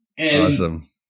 Awesome